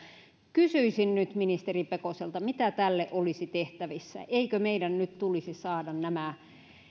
kysyisin nyt ministeri pekoselta mitä tälle olisi tehtävissä eikö meidän nyt tulisi saada